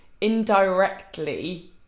indirectly